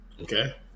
Okay